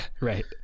Right